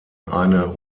eine